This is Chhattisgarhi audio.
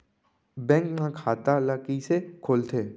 बैंक म खाता ल कइसे खोलथे?